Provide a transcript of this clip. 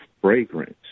fragrance